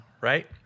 right